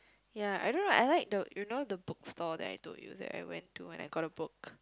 ya I don't know I like the you know the bookstore that I told you that I went to and I got a book